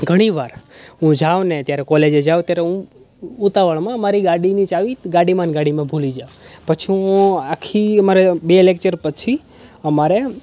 ઘણીવાર હું જાઉં ને ત્યારે કોલેજે જાઉં ત્યારે હું ઉતાવળમાં મારી ગાડીની ચાવી ગાડીમાં ને ગાડીમાં ભૂલી જાઉં પછી હું આખી અમારે બે લેક્ચર પછી અમારે